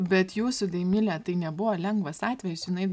bet jūsų deimilė tai nebuvo lengvas atvejis jinai